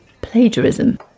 plagiarism